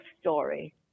story